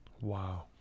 Wow